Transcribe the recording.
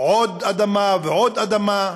עוד אדמה, ועוד אדמה.